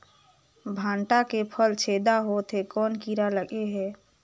भांटा के फल छेदा होत हे कौन कीरा लगे हे?